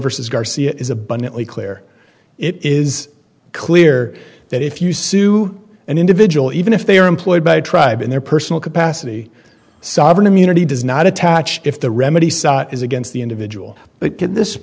versus garcia is abundantly clear it is clear that if you sue an individual even if they are employed by a tribe in their personal capacity sovereign immunity does not attach if the remedy is against the individual but